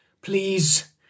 please